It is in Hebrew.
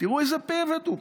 תראו איזה pivot הוא.